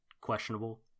questionable